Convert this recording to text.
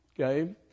Okay